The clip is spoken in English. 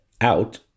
out